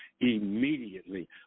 immediately